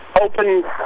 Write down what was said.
open